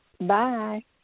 bye